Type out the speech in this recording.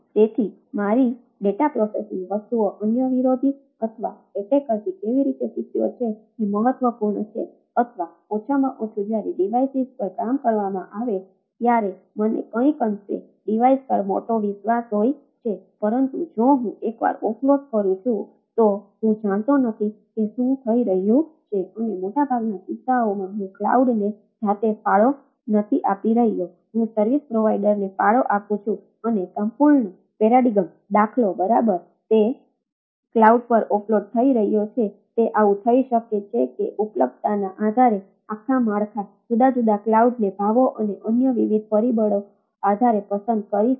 તેથી મારી data processing વસ્તુઓ અન્ય વિરોધી અથવા એટેકરથી ભાવો અને અન્ય વિવિધ પરિબળો આધારે પસંદ કરી શકે